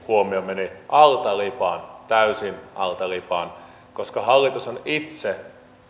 yksi huomio meni alta lipan täysin alta lipan hallitus on itse